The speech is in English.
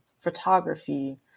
photography